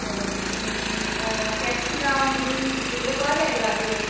কী বলে capsicum beans এগুলো পাওয়া যায় গাজর